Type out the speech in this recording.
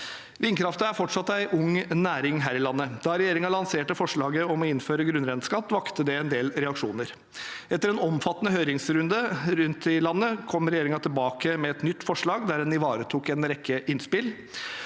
Vindkraft er fortsatt en ung næring her i landet. Da regjeringen lanserte forslaget om å innføre grunnrenteskatt, vakte det er en del reaksjoner. Etter en omfattende høringsrunde rundt i landet kom regjeringen tilbake med et nytt forslag, der en ivaretok en rekke innspill.